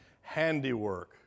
handiwork